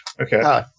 Okay